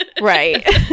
right